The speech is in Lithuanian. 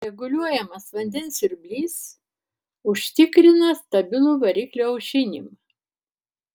reguliuojamas vandens siurblys užtikrina stabilų variklio aušinimą